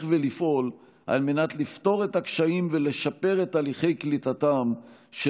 ולפעול על מנת לפתור את הקשיים ולשפר את תהליכי קליטתם של